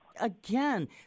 again